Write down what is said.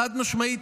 חד-משמעית.